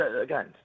again